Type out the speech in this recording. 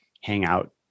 hangout